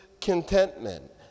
contentment